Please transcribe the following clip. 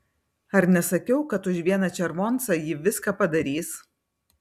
ar nesakiau kad už vieną červoncą ji viską padarys